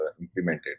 implemented